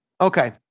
Okay